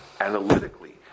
analytically